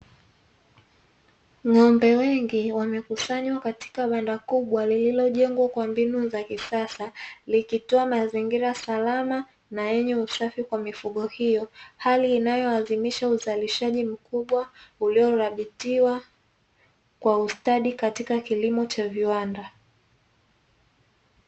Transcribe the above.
Ng'ombe wengi wamekusanywa katika banda kubwa ambalo limejengwa kwa mbinu za kisasa, likitoa mazingira salama na yenye usafi kwa mifugo hiyo hali inayohadhimisha uzalishaji mkubwa uliorabitiwa kwa ustadi katika kilimo cha viwanda.